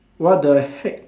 what the heck